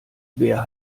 wer